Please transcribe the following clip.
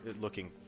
looking